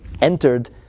entered